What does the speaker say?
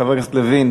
חבר הכנסת לוין,